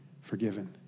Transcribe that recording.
forgiven